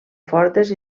fortes